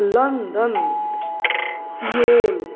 London Seoul